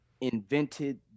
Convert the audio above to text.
invented